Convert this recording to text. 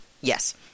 yes